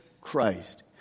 Christ